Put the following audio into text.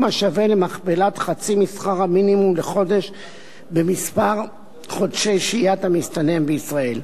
השווה למכפלת חצי משכר המינימום לחודש במספר חודשי שהיית המסתנן בישראל.